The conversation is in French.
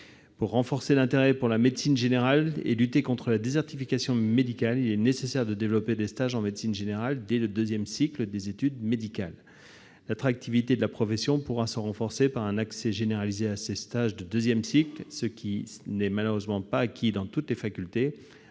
Pour renforcer l'intérêt pour la médecine générale et lutter contre la désertification médicale, il est nécessaire de développer des stages en médecine générale dès le deuxième cycle des études médicales. L'attractivité de la profession pourra être renforcée par un accès généralisé à ces stages de deuxième cycle, ce qui n'est malheureusement pas acquis dans toutes les facultés,